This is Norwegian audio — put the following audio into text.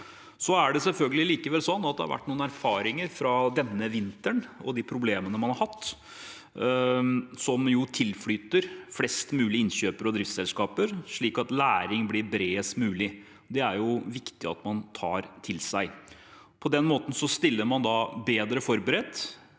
det har vært noen erfaringer fra denne vinterens problemer som tilflyter flest mulig innkjøpere og driftsselskap, slik at læringen blir bredest mulig. Det er det viktig at man tar til seg. På den måten stiller man bedre forberedt